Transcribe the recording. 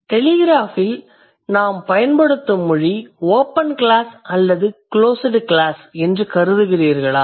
டெலிகிராஃபில் நாம் பயன்படுத்தும் மொழி ஓபன் க்ளாஸ் அல்லது க்ளோஸ்டு க்ளாஸ் என்று கருதுகிறீர்களா